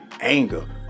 anger